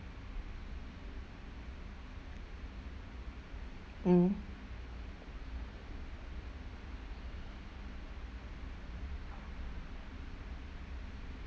mm